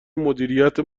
مدیریت